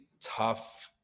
tough